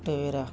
Tavera